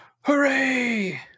Hooray